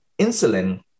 insulin